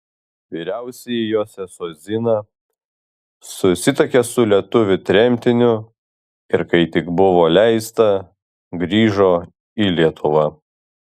vyriausioji jos sesuo zina susituokė su lietuviu tremtiniu ir kai tik buvo leista grįžo į lietuvą